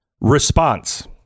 response